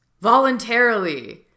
voluntarily